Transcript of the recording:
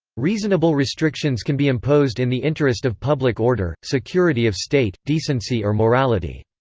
reasonable restrictions can be imposed in the interest of public order, security of state, decency or morality.